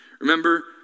remember